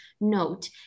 note